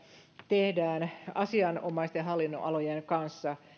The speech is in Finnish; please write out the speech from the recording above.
tehdään asianomaisten hallinnonalojen kanssa